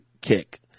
kick